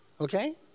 okay